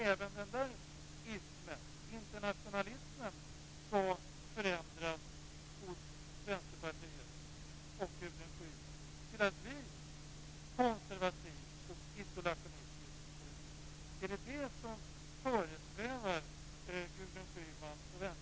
Men får man utstå den behandling som Gudrun Schyman fick utstå på kongressen hade man väl blivit ledsen i alla fall, det tycker jag. Nu börjar jag förstå en del saker i den här EU debatten.